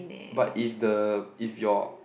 but if the if your